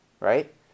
Right